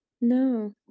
No